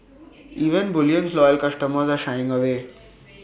even bullion's loyal customers are shying away